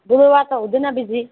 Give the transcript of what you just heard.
बुधवार त हुँदैन बिजी